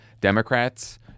Democrats